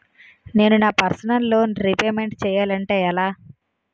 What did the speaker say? నేను నా personal loan repayment చేయాలంటే ఎలా?